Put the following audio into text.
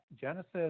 genesis